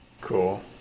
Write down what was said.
cool